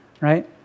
Right